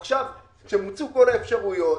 עכשיו, משמוצו כל האפשרויות,